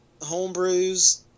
homebrews